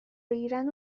بگیرن